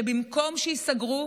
שבמקום שייסגרו,